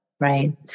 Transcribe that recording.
Right